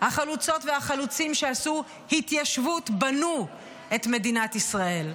החלוצות והחלוצים שעשו התיישבות בנו את מדינת ישראל.